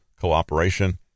cooperation